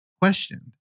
questioned